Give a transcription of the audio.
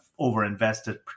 overinvested